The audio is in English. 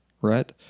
right